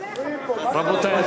רבותי,